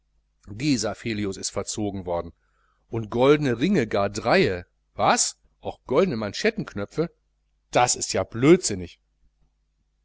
dieser filius ist verzogen worden und goldene ringe gar dreie was auch goldne manschettenknöpfe das ist ja blödsinnig